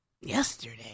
yesterday